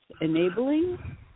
enabling